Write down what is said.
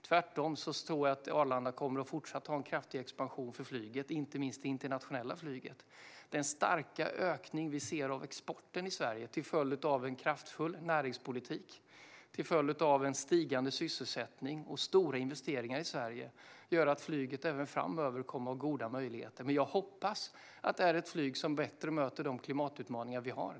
Tvärtom tror jag att Arlanda fortsatt kommer att ha en kraftig expansion för flyget, inte minst det internationella flyget. Den starka ökning av exporten som vi ser i dag i Sverige till följd av en kraftfull näringspolitik, till följd av en ökande sysselsättning och stora investeringar gör att flyget även framöver kommer att ha goda möjligheter. Jag hoppas att det kommer att vara ett flyg som bättre möter de klimatutmaningar som vi har.